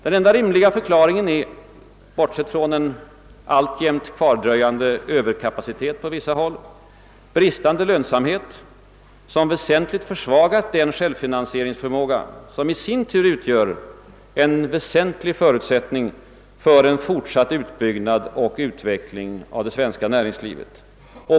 Den enda rimliga förklaringen är — bortsett från en alltjämt kvardröjande överkapacitet på vissa håll — bristande lönsamhet som väsentligt försvagat den självfinansieringsförmåga, som i sin tur utgör en väsentlig förutsättning för en fortsatt utbyggnad och utveckling av det svenska näringslivet.